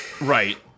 Right